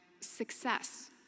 success